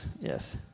yes